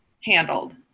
handled